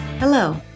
Hello